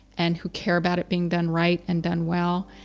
and who care about it being done right and done well.